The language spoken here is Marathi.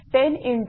882